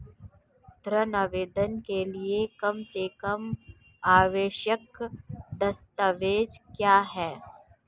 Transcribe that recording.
ऋण आवेदन के लिए कम से कम आवश्यक दस्तावेज़ क्या हैं?